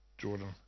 Jordan